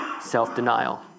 self-denial